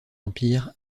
empire